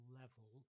level